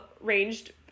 ranged